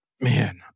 Man